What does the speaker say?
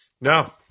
No